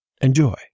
Enjoy